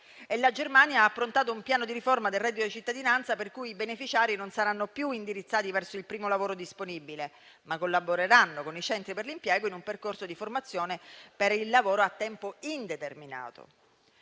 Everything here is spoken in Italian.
La Germania ha approntato un piano di riforma del reddito di cittadinanza, per cui i beneficiari non saranno più indirizzati verso il primo lavoro disponibile, ma collaboreranno con i centri per l'impiego in un percorso di formazione per il lavoro a tempo indeterminato.